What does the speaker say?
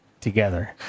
together